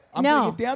No